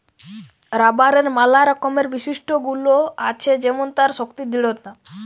রাবারের ম্যালা রকমের বিশিষ্ট গুল আছে যেমল তার শক্তি দৃঢ়তা